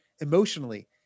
emotionally